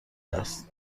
است